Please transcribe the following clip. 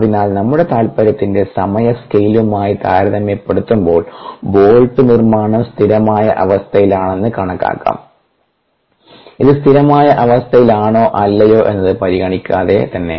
അതിനാൽ നമ്മുടെ താൽപ്പര്യത്തിന്റെ സമയ സ്കെയിലുമായി താരതമ്യപ്പെടുത്തുമ്പോൾ ബോൾട്ട് നിർമ്മാണം സ്ഥിരമായ അവസ്ഥയിലാണെന്ന് കണക്കാക്കാം ഇത് സ്ഥിരമായ അവസ്ഥയിലാണോ അല്ലയോ എന്നത് പരിഗണിക്കാതെ തന്നെ